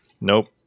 Nope